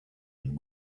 and